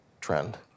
trend